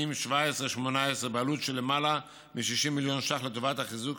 2017 2018 בעלות של למעלה מ-60 מיליון ש"ח לטובת חיזוק